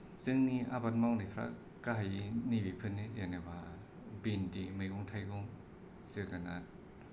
जोंनि आबाद मावनायफ्रा गाहायै नै बेफोरनो जेनेबा भिन्दि मैगं थाइगं जोगोनार